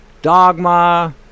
Dogma